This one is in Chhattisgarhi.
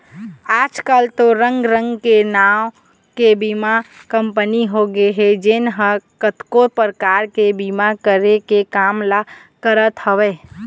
आजकल तो रंग रंग के नांव के बीमा कंपनी होगे हे जेन ह कतको परकार के बीमा करे के काम ल करत हवय